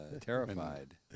terrified